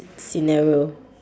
scenario